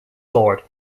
sword